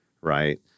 right